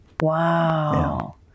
Wow